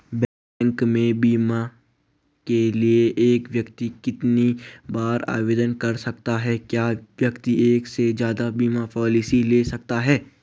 Bank में बीमे के लिए एक व्यक्ति कितनी बार आवेदन कर सकता है क्या एक व्यक्ति एक से ज़्यादा बीमा पॉलिसी ले सकता है?